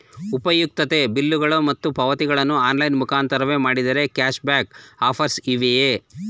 ಉಪಯುಕ್ತತೆ ಬಿಲ್ಲುಗಳು ಮತ್ತು ಪಾವತಿಗಳನ್ನು ಆನ್ಲೈನ್ ಮುಖಾಂತರವೇ ಮಾಡಿದರೆ ಕ್ಯಾಶ್ ಬ್ಯಾಕ್ ಆಫರ್ಸ್ ಇವೆಯೇ?